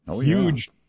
huge